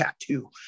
tattoo